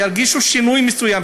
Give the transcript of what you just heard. ירגישו שינוי מסוים,